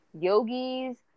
yogis